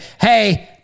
hey